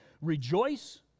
Rejoice